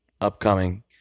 upcoming